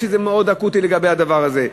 שזה מאוד אקוטי בדבר הזה.